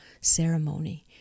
ceremony